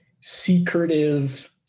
secretive